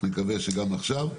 נקווה שגם עכשיו.